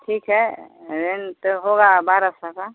ठीक है रेंट होगा बारह सौ का